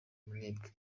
umunebwe